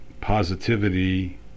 positivity